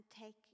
take